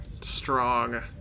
strong